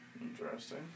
Interesting